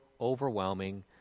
overwhelming